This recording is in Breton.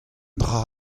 dra